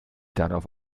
darauf